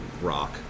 rock